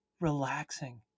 relaxing